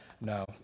No